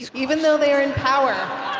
even though they are in power.